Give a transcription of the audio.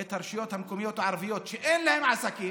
את הרשויות המקומיות הערביות, שאין להן עסקים,